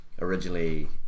originally